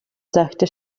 seichte